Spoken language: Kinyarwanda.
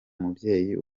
mubyeyi